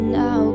now